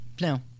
No